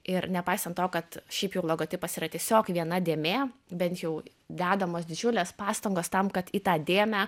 ir nepaisant to kad šiaip jau logotipas yra tiesiog viena dėmė bent jau dedamos didžiulės pastangos tam kad į tą dėmę